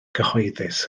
gyhoeddus